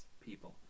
people